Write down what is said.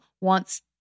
wants